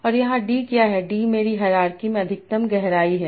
और यहाँ d क्या है d मेरी हायरार्की में अधिकतम गहराई है